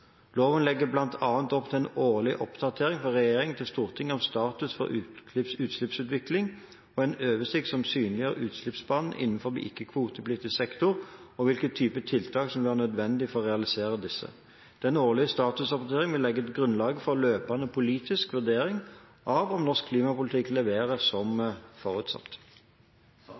Loven legger bl.a. opp til en årlig oppdatering fra regjering til storting om status for utslippsutviklingen og en oversikt som synliggjør utslippsbaner innenfor ikke-kvotepliktig sektor, og hvilke typer tiltak som vil være nødvendig for å realisere disse. Den årlige statusoppdateringen vil legge grunnlaget for løpende politisk vurdering av om norsk klimapolitikk leverer som forutsatt.